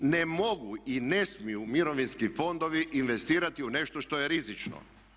Ne mogu i ne smiju mirovinski fondovi investirati u nešto što je rizično.